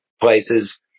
places